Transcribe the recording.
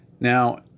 Now